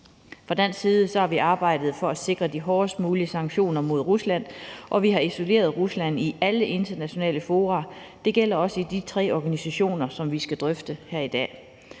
Fra dansk side har vi arbejdet for at sikre de hårdest mulige sanktioner mod Rusland, og vi har isoleret Rusland i alle internationale fora. Det gælder også i de tre organisationer, som vi skal drøfte her i dag.